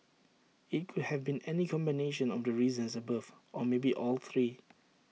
IT could have been any combination of the reasons above or maybe all three